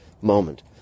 moment